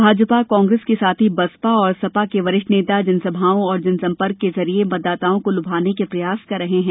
भाजपा कांग्रेस के साथ ही बसपा और सपा के वरिष्ठ नेता जनसभाओं और जनंसपर्क के जरिए मतदाताओं को लुभाने के प्रयास कर रहे हैं